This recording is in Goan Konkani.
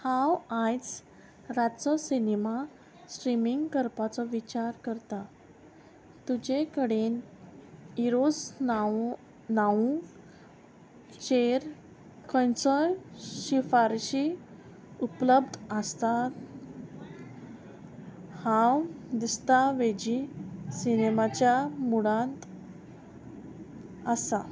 हांव आयज रातचो सिनेमा स्ट्रिमींग करपाचो विचार करतां तुजे कडेन इरोज नांव नाऊ चेर खंयचोय शिफारशी उपलब्ध आसतात हांव दिसता वेजी सिनेमाच्या मुडांत आसा